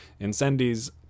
Incendies